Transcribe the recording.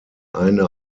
eine